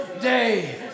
day